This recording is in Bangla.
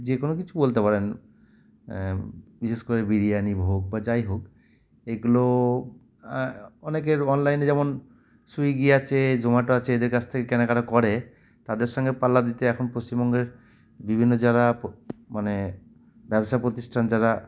যে কোনো কিছু বলতে পারেন বিশেষ করে বিরিয়ানি হোক বা যাই হোক এইগুলো অনেকের অনলাইনে যেমন সুইগি আছে জোম্যাটো আছে এদের কাছ থেকে কেনাকাটা করে তাদের সঙ্গে পাল্লা দিতে এখন পশ্চিমবঙ্গের বিভিন্ন যারা মানে ব্যবসা প্রতিষ্ঠান যারা